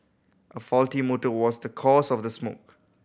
a faulty motor was the cause of the smoke